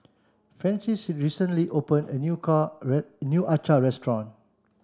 Francies recently opened a new car new acar restaurant